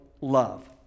love